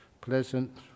Pleasant